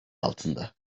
altında